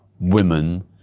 women